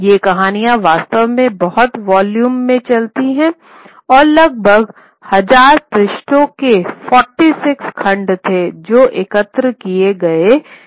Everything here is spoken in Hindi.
ये कहानियाँ वास्तव में बहुत वोल्यूम में चलती थीं और लगभग हजार पृष्ठों के 46 खंड थे जो एकत्र किया गया था